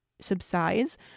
subsides